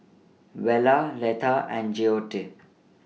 Vella Letha and Joette